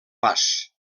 pas